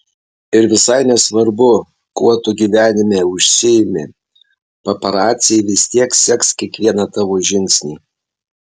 ir visai nesvarbu kuo tu gyvenime užsiimi paparaciai vis tiek seks kiekvieną tavo žingsnį